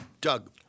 Doug